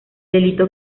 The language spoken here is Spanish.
delito